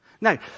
Now